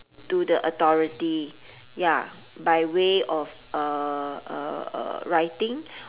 to the authority ya by way of uh uh uh writing